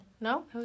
no